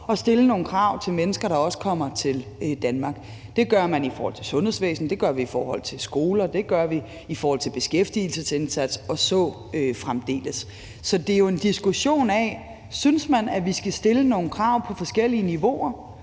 at stille nogle krav til mennesker, der kommer til Danmark. Det gør vi i forhold til sundhedsvæsenet, det gør vi i forhold til skolen, og det gør vi i forhold til beskæftigelsesindsatsen og så fremdeles. Så det er jo en diskussion af, om man synes, vi skal stille nogle krav på forskellige niveauer,